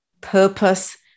purpose